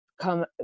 come